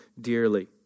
dearly